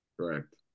Correct